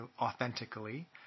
authentically